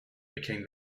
became